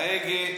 ההגה,